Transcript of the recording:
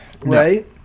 right